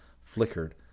flickered